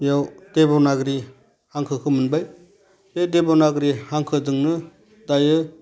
बेयाव देब'नागिरि हांखोखौ मोनबाय बे देब'नागिरि हांखोजोंनो दायो